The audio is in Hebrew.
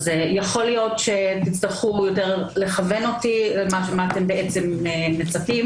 יכול להיות שתצטרכו יותר לכוון אותי ולומר לי למה אתם בעצם מצפים.